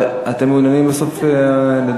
הרי אתם מעוניינים בסוף לדבר?